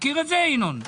מכיר את זה, ינון?